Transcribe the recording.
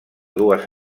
dues